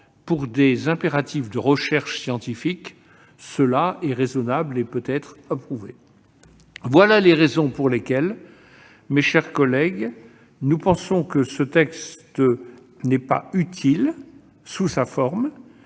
pour des impératifs de recherche scientifique, il est raisonnable et peut être approuvé. Voilà les raisons pour lesquelles, mes chers collègues, nous pensons que ce texte n'est pas utile sous cette forme